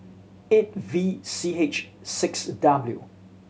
eight V C H six W